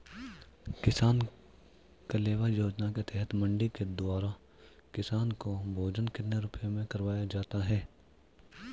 किसान कलेवा योजना के तहत मंडी के द्वारा किसान को भोजन कितने रुपए में करवाया जाता है?